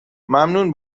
ممنون